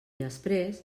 després